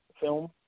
Film